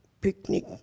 picnic